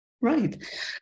Right